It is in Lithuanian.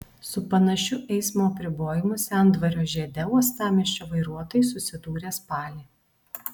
su panašiu eismo apribojimu sendvario žiede uostamiesčio vairuotojai susidūrė spalį